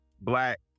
black